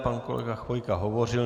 Pan kolega Chvojka hovořil.